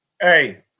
Hey